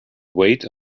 wait